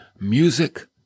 music